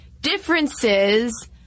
differences